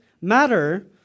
matter